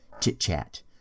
chit-chat